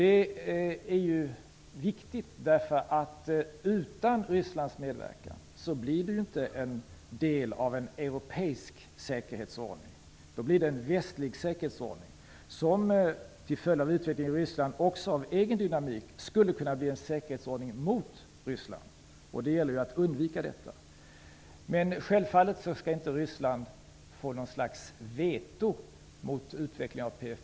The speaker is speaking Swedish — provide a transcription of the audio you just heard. Det är viktigt därför att utan Rysslands medverkan blir det inte en europeisk säkerhetsordning. Då blir det en västlig säkerhetsordning som till följd av utvecklingen i Ryssland genom egen dynamik skulle kunna bli en säkerhetsordning mot Ryssland. Det gäller att undvika detta. Men självfallet skall inte Ryssland få något slags veto mot utvecklingen av PFF.